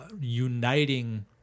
uniting